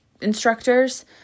instructors